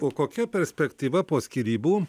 o kokia perspektyva po skyrybų